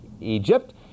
Egypt